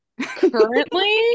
currently